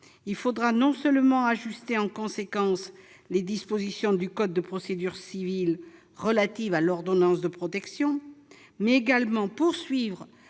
il faudra non seulement ajuster en conséquence les dispositions du code de procédure civile relatives à l'ordonnance de protection, mais également poursuivre